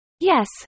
Yes